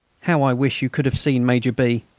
how i wish you could have seen major b.